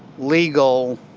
legal,